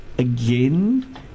Again